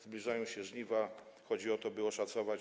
Zbliżają się żniwa i chodzi o to, by to oszacować.